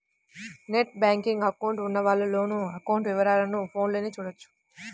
net banking account ఉన్నవాళ్ళు లోను account వివరాలను ఫోన్లోనే చూడొచ్చు